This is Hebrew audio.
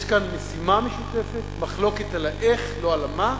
יש כאן משימה משותפת, מחלוקת על האיך, לא על המה.